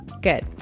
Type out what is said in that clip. Good